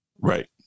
Right